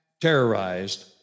terrorized